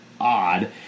odd